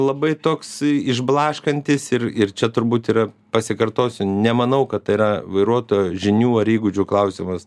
labai toks išblaškantis ir ir čia turbūt ir pasikartosiu nemanau kad tai yra vairuotojo žinių ar įgūdžių klausimas